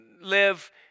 live